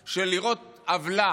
של לראות עוולה